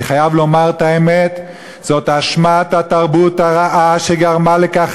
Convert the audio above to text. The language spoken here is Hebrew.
אני חייב לומר את האמת: זו אשמת התרבות הרעה שגרמה לכך,